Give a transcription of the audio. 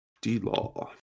D-Law